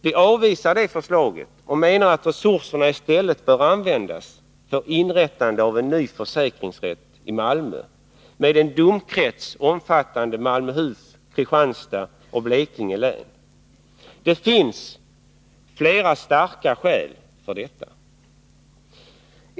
Vi avvisar det förslaget och menar att resurserna i stället bör användas för inrättandet av en ny försäkringsrätt i Malmö med en domkrets omfattande Malmöhus län, Kristianstads län och Blekinge län. Det finns flera starka skäl för detta.